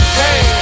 hey